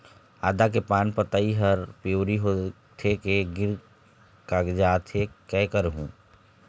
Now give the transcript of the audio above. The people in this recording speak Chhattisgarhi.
आदा के पान पतई हर पिवरी होथे के गिर कागजात हे, कै करहूं?